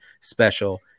special